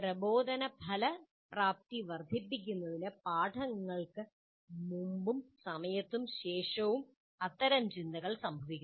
പ്രബോധന ഫലപ്രാപ്തി വർദ്ധിപ്പിക്കുന്നതിന് പാഠങ്ങൾക്ക് മുമ്പും സമയത്തും ശേഷവും അത്തരം ചിന്തകൾ സംഭവിക്കുന്നു